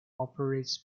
operates